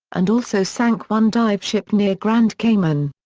and also sank one dive ship near grand cayman.